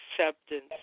acceptance